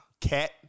Cat